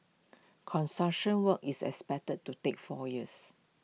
construction work is expected to take four years